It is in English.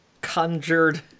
conjured